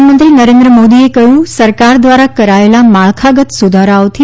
પ્રધાનમંત્રી નરેન્દ્ર મોદી એ કહ્યું સરકાર દ્વારા કરાચેલા માળખાગત સુધારાઓથી